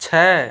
छ